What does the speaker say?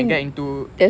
tank two